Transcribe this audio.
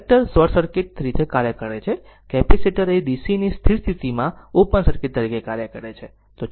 inductor short circuit રીતે કાર્ય કરે છે કેપેસીટર એ DCની સ્થિર સ્થિતિ માં ઓપન સર્કિટ તરીકે કાર્ય કરે છે